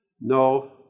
no